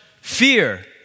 fear